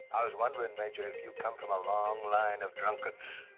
i was wondering, major, if you come from. a long line of drunkards?